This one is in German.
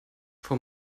frau